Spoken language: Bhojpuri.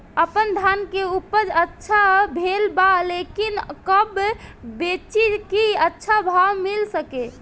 आपनधान के उपज अच्छा भेल बा लेकिन कब बेची कि अच्छा भाव मिल सके?